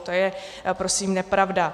To je prosím nepravda.